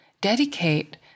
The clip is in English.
dedicate